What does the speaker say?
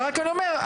אבל רק אני אומר,